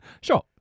sure